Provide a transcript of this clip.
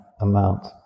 amount